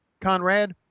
Conrad